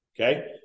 Okay